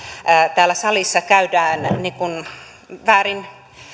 täällä salissa käydään niin kuin väärin